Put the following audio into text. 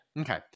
Okay